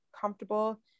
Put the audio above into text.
comfortable